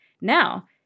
Now